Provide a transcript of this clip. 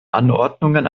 anordnungen